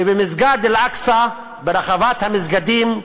שבמסגד אל-אקצא, ברחבת המסגדים,